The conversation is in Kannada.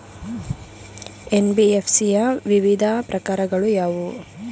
ಎನ್.ಬಿ.ಎಫ್.ಸಿ ಯ ವಿವಿಧ ಪ್ರಕಾರಗಳು ಯಾವುವು?